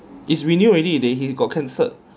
is renewed already they he got cancelled